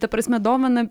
ta prasme dovaną